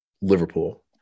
Liverpool